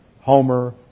Homer